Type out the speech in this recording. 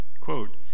Quote